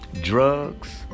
drugs